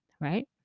right